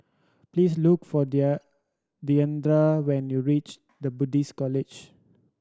please look for when you reach The Buddhist College